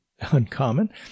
Uncommon